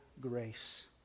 grace